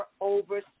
over